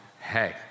hey